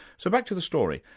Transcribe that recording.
so back to the story.